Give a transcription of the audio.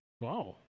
Wow